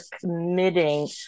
committing